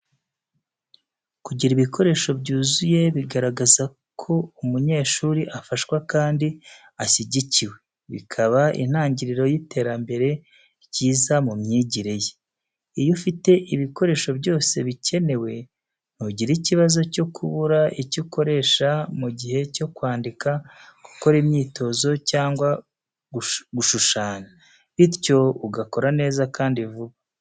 Kugira ibikoresho byuzuye bigaragaza ko umunyeshuri afashwa kandi ashyigikiwe, bikaba intangiriro y’iterambere ryiza mu myigire ye. Iyo ufite ibikoresho byose bikenewe, ntugira ikibazo cyo kubura icyo ukoresha mu gihe cyo kwandika, gukora imyitozo cyangwa gushushanya, bityo ugakora neza kandi vuba.